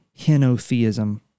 henotheism